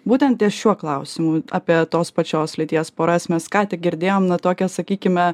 būtent ties šiuo klausimu apie tos pačios lyties poras mes ką tik girdėjom na tokią sakykime